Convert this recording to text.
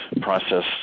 process